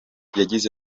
yagize